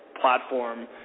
platform